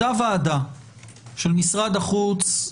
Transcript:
אותה ועדה של משרד החוץ,